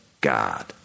God